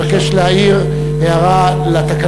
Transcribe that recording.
חבר הכנסת ריבלין מבקש להעיר הערה לתקנון: